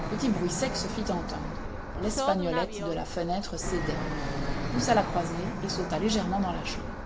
un petit bruit sec se fit entendre l'espagnolette de la fenêtre cédait il poussa la croisée et sauta légèrement dans la chambre